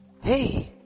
Hey